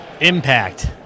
Impact